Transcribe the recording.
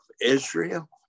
Israel